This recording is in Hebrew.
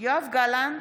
יואב גלנט,